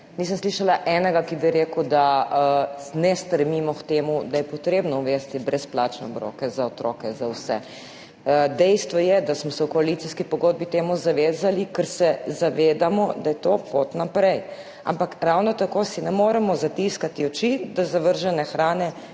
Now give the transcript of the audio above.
Nisem slišala enega, ki bi rekel, da ne strmimo k temu, da je treba uvesti brezplačne obroke za otroke za vse. Dejstvo je, da smo se v koalicijski pogodbi temu zavezali, ker se zavedamo, da je to pot naprej. Ampak ravno tako si ne moremo zatiskati oči, da je zavržene hrane